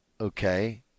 Okay